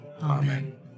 Amen